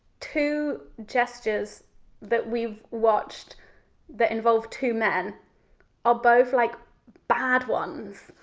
two gestures that we've watched that involve two men are both like bad ones.